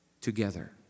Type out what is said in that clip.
together